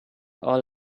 all